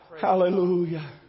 Hallelujah